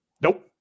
Nope